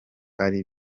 ari